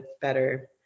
better